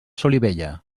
solivella